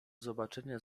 zobaczenia